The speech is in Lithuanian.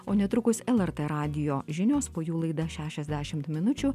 o netrukus lrt radijo žinios po jų laida šešiasdešimt minučių